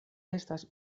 estas